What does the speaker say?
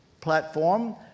platform